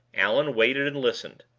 allan waited and listened.